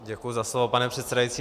Děkuji za slovo, pane předsedající.